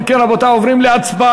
אם כן, רבותי, עוברים להצבעה.